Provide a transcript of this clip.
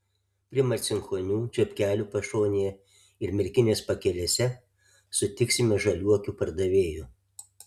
prie marcinkonių čepkelių pašonėje ir merkinės pakelėse sutiksime žaliuokių pardavėjų